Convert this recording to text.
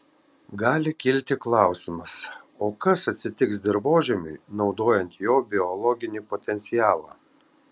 gali kilti klausimas o kas atsitiks dirvožemiui naudojant jo biologinį potencialą